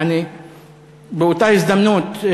יעני באותה הזדמנות,